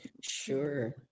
sure